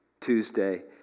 Tuesday